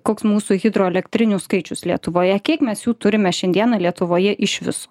koks mūsų hidroelektrinių skaičius lietuvoje kiek mes jų turime šiandieną lietuvoje iš viso